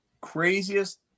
craziest